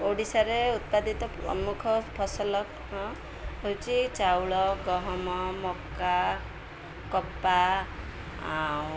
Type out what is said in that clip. ଓଡ଼ିଶାରେ ଉତ୍ପାଦିତ ପ୍ରମୁଖ ଫସଲ ହଁ ହେଉଛି ଚାଉଳ ଗହମ ମକା କପା ଆଉ